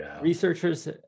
Researchers